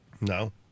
No